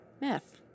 meth